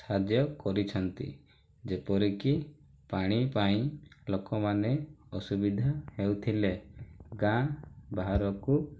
ସାହାଯ୍ୟ କରିଛନ୍ତି ଯେପରିକି ପାଣି ପାଇଁ ଲୋକମାନେ ଅସୁବିଧା ହେଉଥିଲେ ଗାଁ ବାହାରକୁ